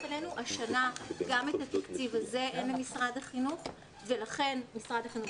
השנה גם את התקציב הזה אין למשרד החינוך ולכן משרד החינוך